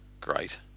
great